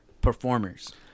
performers